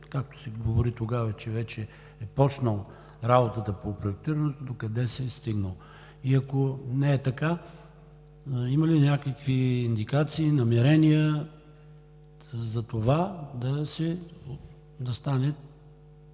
както се говори тогава, че вече е почнала работата по проектирането, докъде се е стигнало? Ако не е така, има ли някакви индикации, намерения за това да стане